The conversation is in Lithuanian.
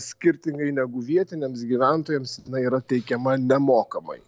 skirtingai negu vietiniams gyventojams jinai yra teikiama nemokamai